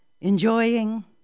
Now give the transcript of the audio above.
enjoying